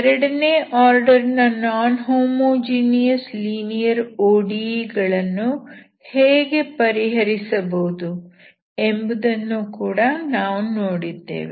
ಎರಡನೇ ಆರ್ಡರ್ ನ non homogeneous linear ODE ಗಳನ್ನು ಹೇಗೆ ಪರಿಹರಿಸಬಹುದು ಎಂಬುದನ್ನೂ ಕೂಡ ನಾವು ನೋಡಿದ್ದೇವೆ